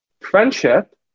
Friendship